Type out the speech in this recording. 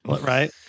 Right